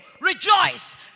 rejoice